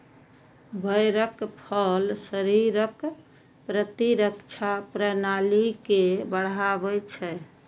बेरक फल शरीरक प्रतिरक्षा प्रणाली के बढ़ाबै छै